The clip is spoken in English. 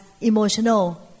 emotional